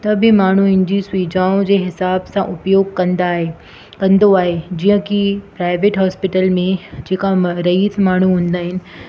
त बि माण्हू हिनजी सुविधाऊं जे हिसाब सां उपयोग कंदा आहे कंदो आहे जीअं की प्राइवेट हॉस्पिटल में जेका रईसु माण्हू ईंदा आहिनि